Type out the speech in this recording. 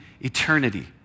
eternity